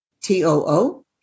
T-O-O